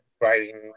writing